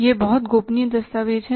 यह बहुत गोपनीय दस्तावेज़ है